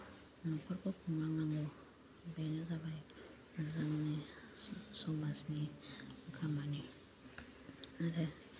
न'खरखौ खुंलांनांगौ बेनो जाबाय जोंनि समाजनि खामानि आरो